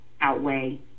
outweigh